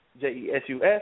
J-E-S-U-S